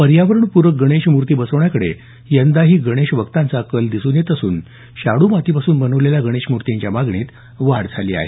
पर्यावरणपूरक गणेश मूर्ती बसवण्याकडे यंदाही गणेशभक्तांचा कल दिसून येत असून शाडू मातीपासून बनवलेल्या गणेश मूर्तींच्या मागणीत वाढ झाली आहे